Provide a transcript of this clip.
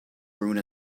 ruin